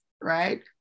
right